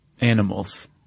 animals